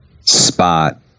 spot